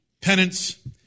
penance